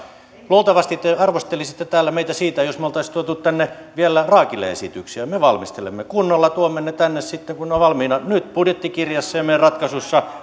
luultavasti te arvostelisitte täällä meitä siitä jos me olisimme tuoneet tänne vielä raakile esityksiä me valmistelemme kunnolla ja tuomme ne tänne sitten kun ne ovat valmiina nyt budjettikirjassa ja meidän